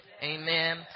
amen